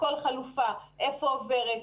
כל חלופה היכן היא עוברת,